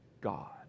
God